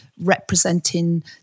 representing